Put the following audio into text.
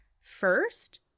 first